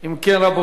רבותי,